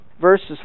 verses